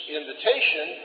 invitation